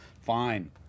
Fine